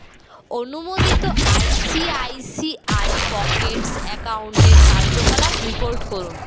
অনুমোদিত ICICI Pockets অ্যাকাউন্টের কার্যকলাপ রিপোর্ট করুন